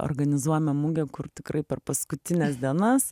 organizuojame mugę kur tikrai per paskutines dienas